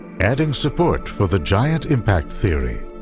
adding support for the giant impact theory,